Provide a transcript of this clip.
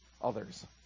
others